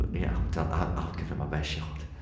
but yeah ah i'll give it my best shot.